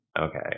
Okay